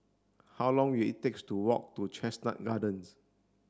how long will it takes to walk to Chestnut Gardens